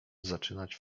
zaczynać